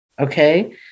okay